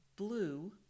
blue